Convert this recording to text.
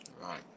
Right